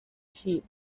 sheep